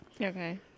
Okay